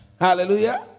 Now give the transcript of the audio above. Hallelujah